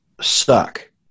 suck